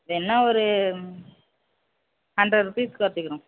என்ன ஒரு hundred rupees கொறைச்சிக்கிறோம்